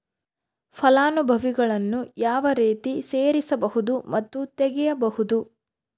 ಫಲಾನುಭವಿಗಳನ್ನು ಯಾವ ರೇತಿ ಸೇರಿಸಬಹುದು ಮತ್ತು ತೆಗೆಯಬಹುದು?